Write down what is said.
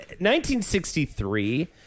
1963